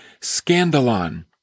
scandalon